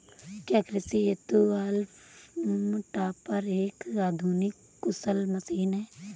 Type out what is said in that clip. क्या कृषि हेतु हॉल्म टॉपर एक आधुनिक कुशल मशीन है?